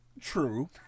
True